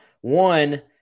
One